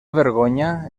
vergonya